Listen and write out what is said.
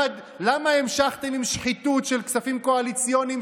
למה המשכתם עם שחיתות של כספים קואליציוניים,